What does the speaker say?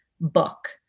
book